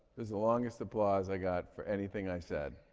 was the longest applause i got for anything i said.